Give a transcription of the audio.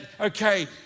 okay